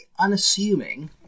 unassuming